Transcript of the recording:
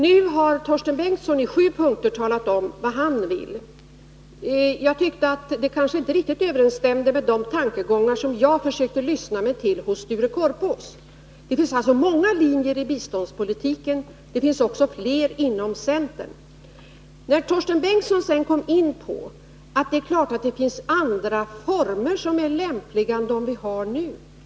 Nu har Torsten Bengtson i sju punkter talat om vad han vill. Jag tyckte inte att det riktigt överensstämde med de tankegångar som jag försökte lyssna mig till hos Sture Korpås. Det finns alltså många linjer i biståndspolitiken. Det finns också flera inom centern. Torsten Bengtson kom sedan in på att det finns andra lämpliga former för bistånd än de vi nu har.